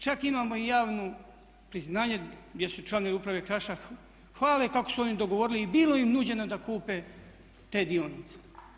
Čak imamo i javno priznanje gdje se članovi uprave Kraša hvale kako su oni dogovorili i bilo im nuđeno da kupe te dionice.